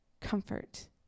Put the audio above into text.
comfort